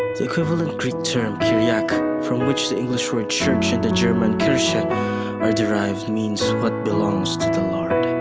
the equivalent greek term kyriake, from which the english word church and the german kirche are derived means what belongs to the lord.